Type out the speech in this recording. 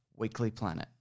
weeklyplanet